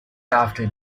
after